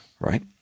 right